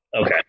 Okay